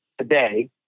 today